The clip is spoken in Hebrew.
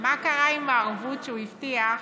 מה קרה עם הערבות שהוא הבטיח.